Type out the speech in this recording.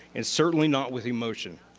and certainly not with emotion.